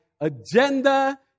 agenda